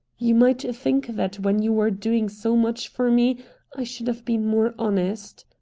you might think that when you were doing so much for me i should have been more honest.